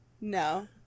No